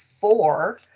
four